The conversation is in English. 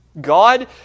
God